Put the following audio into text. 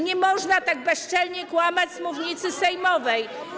Nie można tak bezczelnie kłamać z mównicy sejmowej.